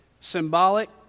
Symbolic